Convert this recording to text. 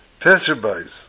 passerbys